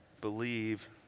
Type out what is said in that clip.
believe